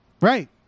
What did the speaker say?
right